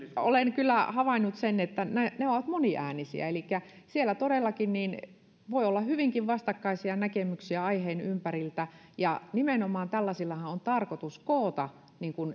olen kyllä havainnut sen että ne ne ovat moniäänisiä elikkä siellä todellakin voi olla hyvinkin vastakkaisia näkemyksiä aiheen ympäriltä ja nimenomaan tällaisillahan on tarkoitus koota